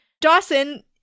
Dawson